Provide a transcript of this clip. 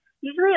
Usually